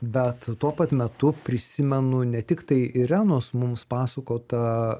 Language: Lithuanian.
bet tuo pat metu prisimenu ne tiktai irenos mums pasakotą